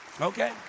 Okay